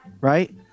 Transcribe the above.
Right